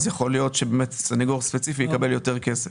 יכול להיות שסניגור ספציפי יקבל יותר כסף.